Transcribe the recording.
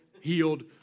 healed